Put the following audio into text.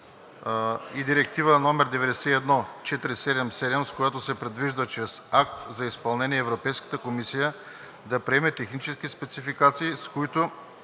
Директива 91/477, с която се предвижда чрез акт за изпълнение Европейската комисия да приеме технически спецификации, с които